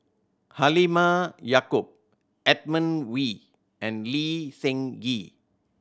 Halimah Yacob Edmund Wee and Lee Seng Gee